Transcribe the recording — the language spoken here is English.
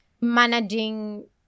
managing